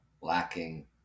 lacking